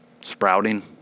sprouting